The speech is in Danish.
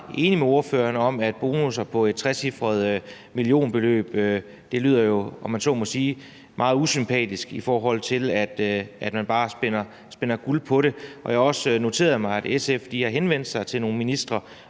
meget enig med ordføreren i, at bonusser på et trecifret millionbeløb jo lyder – om man så må sige – meget usympatisk, i forhold til at man bare spinder guld på det. Jeg har også noteret mig, at SF har henvendt sig til nogle ministre